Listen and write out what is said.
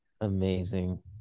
Amazing